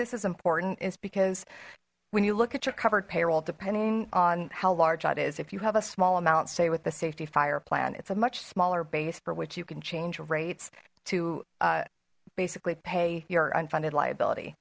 this is important is because when you look at your covered payroll depending on how large is if you have a small amount stay with the safety fire plan it's a much smaller base for which you can change rates to basically pay your unfunded liability